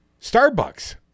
Starbucks